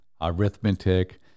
arithmetic